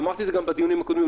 אמרתי את זה גם בדיונים הקודמים,